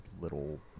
little